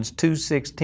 2-16